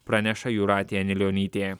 praneša jūratė anilionytė